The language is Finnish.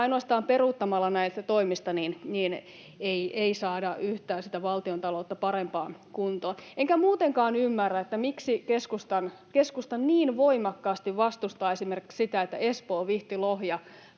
ainoastaan peruuttamalla näistä toimista ei saada yhtään valtiontaloutta parempaan kuntoon. Enkä muutenkaan ymmärrä, miksi keskusta niin voimakkaasti vastustaa esimerkiksi sitä, että Espoo—Vihti—Lohja-välille